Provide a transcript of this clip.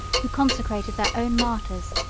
who consecrated their own martyrs,